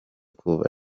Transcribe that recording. kuva